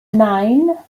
nine